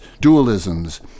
dualisms